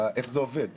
איך זה עובד,